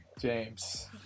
James